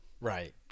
Right